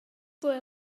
ble